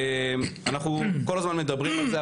אנחנו כל הזמן מדברים על זה,